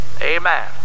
Amen